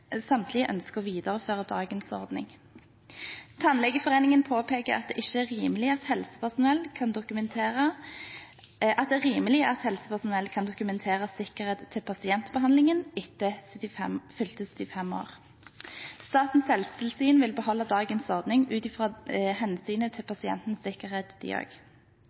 Samtlige ønsker å videreføre dagens ordning. Tannlegeforeningen påpeker at det er rimelig at helsepersonell kan dokumentere sikkerhet til pasientbehandlingen etter fylte 75 år. Også Statens helsetilsyn vil beholde dagens ordning ut fra hensynet til pasientens sikkerhet.